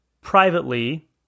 privately